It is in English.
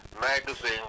magazine